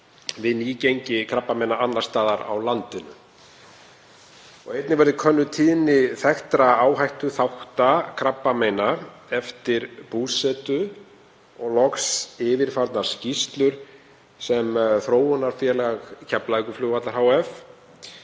við nýgengi krabbameina annars staðar á landinu. Einnig verði könnuð tíðni þekktra áhættuþátta krabbameina eftir búsetu og loks yfirfarnar skýrslur sem Þróunarfélag Keflavíkurflugvallar